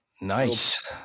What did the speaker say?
Nice